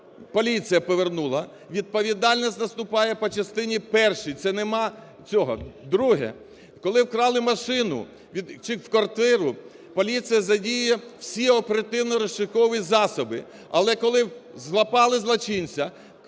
поліція повернула, відповідальність наступає по частині першій, це нема цього... Друге. Коли вкрали машину чи квартиру, поліція задіє всі оперативно-розшукові засоби, але коли злапали злочинця,